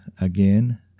again